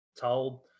told